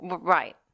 Right